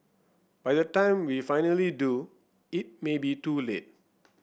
by the time we finally do it may be too late